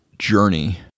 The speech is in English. journey